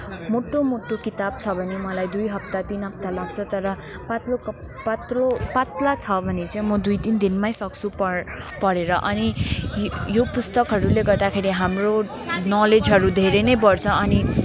मोटो मोटो किताब छ भने मलाई दुई हप्ता तिन हप्ता लाग्छ तर पातलो कप् पात्रो पातला छ भने चाहिँ म दुई तिन दिनमै सक्छु पढ् पढेर अनि य् यो पुस्तकहरूले गर्दाखेरि हाम्रो नलेजहरू धेरै नै बढ्छ अनि